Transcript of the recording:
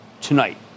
tonight